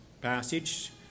passage